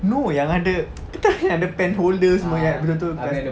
no yang ada kau tahu yang ada pen holder yang betul-betul desk